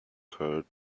cured